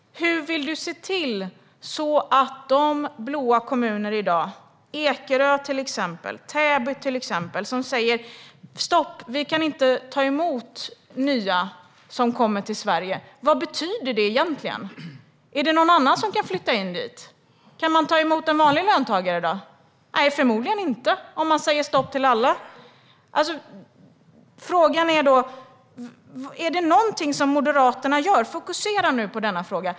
Hur vill du se till så att de blå kommunerna i dag gör något, till exempel Ekerö och Täby? De säger: Stopp, vi kan inte ta emot nya som kommer till Sverige. Vad betyder det egentligen? Är det någon annan som kan flytta in dit? Kan man ta emot en vanlig löntagare i dag? Nej, förmodligen inte om man säger stopp till alla. Frågan är: Är det någonting som Moderaterna gör? Fokusera nu på denna fråga.